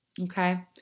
Okay